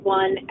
one